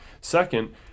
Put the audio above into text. Second